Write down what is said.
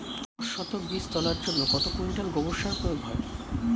দশ শতক বীজ তলার জন্য কত কুইন্টাল গোবর সার প্রয়োগ হয়?